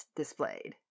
displayed